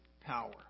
power